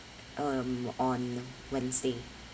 um on wednesday